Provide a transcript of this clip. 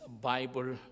Bible